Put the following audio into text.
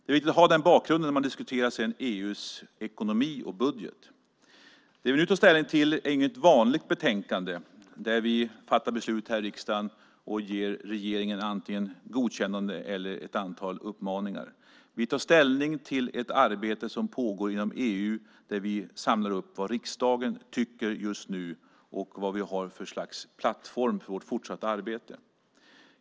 Det är viktigt att känna till bakgrunden när man diskuterar EU:s ekonomi och budget. Det vi nu tar ställning till är inget vanligt betänkande där vi fattar beslut i riksdagen och ger regeringen antingen ett godkännande eller ett antal uppmaningar. Vi tar ställning till ett arbete som pågår inom EU där vi samlar upp vad riksdagen tycker just nu och vad vi har för slags plattform för vårt fortsatta arbete.